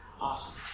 Awesome